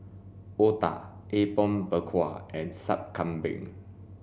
otah apom berkuah and sup kambing